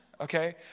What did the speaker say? Okay